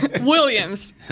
Williams